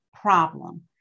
problem